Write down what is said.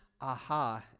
aha